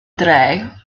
dre